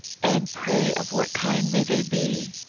and pray of what kind may they be?